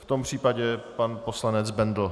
V tom případě pan poslanec Bendl.